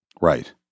Right